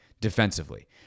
defensively